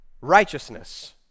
righteousness